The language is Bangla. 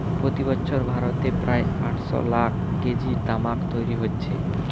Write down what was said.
প্রতি বছর ভারতে প্রায় আটশ লাখ কেজি তামাক তৈরি হচ্ছে